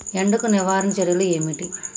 ఎండకు నివారణ చర్యలు ఏమిటి?